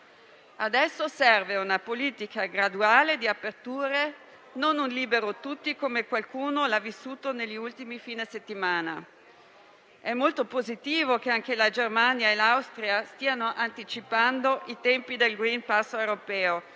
Adesso serve una politica graduale di aperture e non un "liberi tutti", come qualcuno ha vissuto negli ultimi fine settimana. È molto positivo che anche la Germania e l'Austria stiano anticipando i tempi del *green pass* europeo